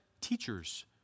teachers